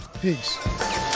peace